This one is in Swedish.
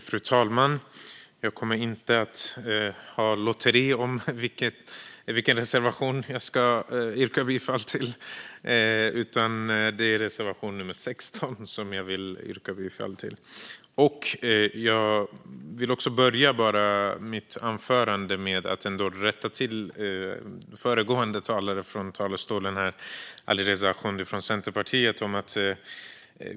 Fru talman! Jag kommer inte att ha ett lotteri om vilken reservation jag ska yrka bifall till, utan jag yrkar bifall till reservation 16. Jag vill börja mitt anförande med att rätta föregående talare i talarstolen, Alireza Akhondi från Centerpartiet.